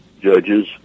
judges